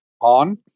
on